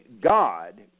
God